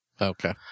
Okay